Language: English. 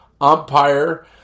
umpire